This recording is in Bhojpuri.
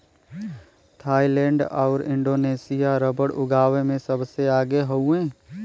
थाईलैंड आउर इंडोनेशिया रबर उगावे में सबसे आगे हउवे